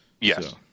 Yes